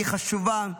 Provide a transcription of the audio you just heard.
היא חשובה,